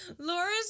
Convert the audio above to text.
Laura's